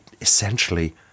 essentially